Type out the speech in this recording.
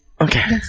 Okay